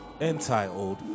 entitled